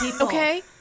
okay